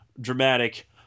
dramatic